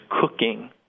cooking